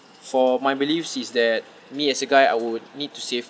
for my beliefs is that me as a guy I would need to save